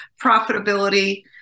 profitability